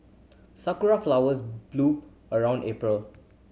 sakura flowers bloom around April